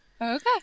Okay